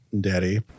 Daddy